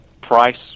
Price